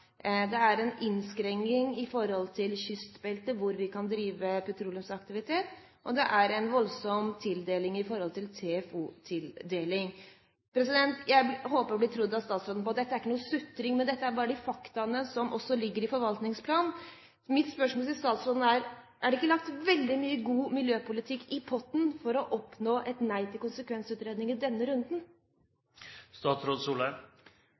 Det er en innskrenkning i forhold til hvor vi kan drive petroleumsaktivitet i kystbeltet, og det er en voldsom tildeling i forhold til TFO, tildeling i forhåndsdefinerte områder. Jeg håper å bli trodd av statsråden på at dette ikke er noen sutring, men bare de fakta som også ligger i forvaltningsplanen. Så mitt spørsmål til statsråden er: Er det ikke lagt veldig mye god miljøpolitikk i potten for å oppnå et nei til konsekvensutredning i denne